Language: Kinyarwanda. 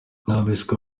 bahise